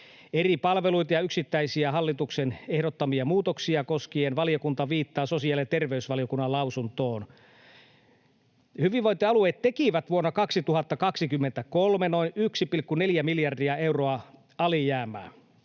Eri palveluita ja yksittäisiä hallituksen ehdottamia muutoksia koskien valiokunta viittaa sosiaali- ja terveysvaliokunnan lausuntoon. Hyvinvointialueet tekivät vuonna 2023 noin 1,4 miljardia euroa alijäämää.